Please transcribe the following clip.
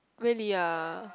really ah